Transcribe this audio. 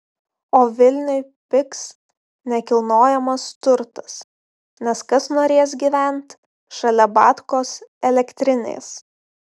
o vilniuj pigs nekilnojamas turtas nes kas norės gyvent šalia batkos elektrinės